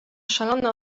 szalone